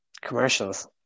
commercials